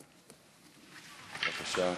בבקשה.